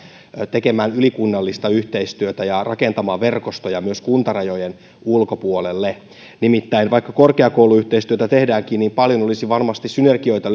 tekemään ylikunnallista yhteistyötä ja rakentamaan verkostoja myös kuntarajojen ulkopuolelle nimittäin vaikka korkeakouluyhteistyötä tehdäänkin paljon olisi varmasti synergioita